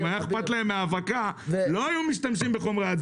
אם היה אכפת להם מהאבקה הם לא היו משתמשים בחומרי ההדברה האלה.